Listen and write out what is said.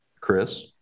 Chris